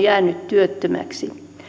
jäänyt työttömäksi